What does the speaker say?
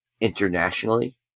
internationally